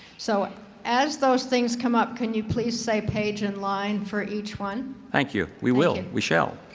so as those things come up, can you please say page and line for each one? thank you. we will. we shall.